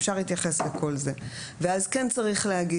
אפשר להתייחס לכל זה ואז כן צריך להגיד